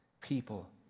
people